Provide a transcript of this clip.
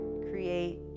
create